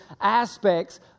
aspects